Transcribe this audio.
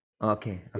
Okay